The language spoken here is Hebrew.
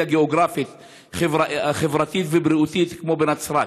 גיאוגרפית חברתית ובריאותית כמו בנצרת,